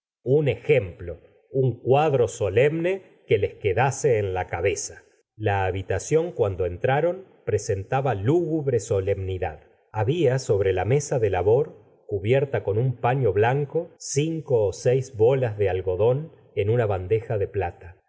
un ejemplo un cuadro solemne que les quedase en la cabeza la habitación cuando entraron presentaba lúgubre solemnidad había sobre la mesa de labor cubierta con un pafio blanco cinco ó seis bolas de algodón en una bandeja de plata